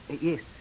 Yes